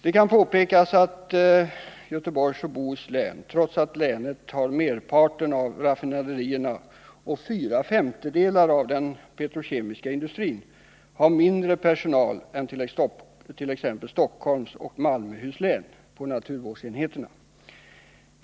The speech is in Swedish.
Det kan påpekas att Göteborgs och Bohus län, trots att länet har merparten av landets raffinaderier och fyra femtedelar av den petrokemiska industrin, har mindre personal på naturvårdsenheten än t.ex. Stockholms och Malmöhus län.